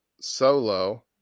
solo